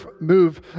move